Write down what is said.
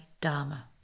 Dharma